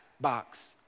box